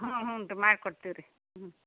ಹ್ಞೂ ಹ್ಞೂ ರೀ ಮಾಡಿ ಕೊಡ್ತೀವಿ ರೀ ಹ್ಞೂ